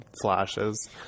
flashes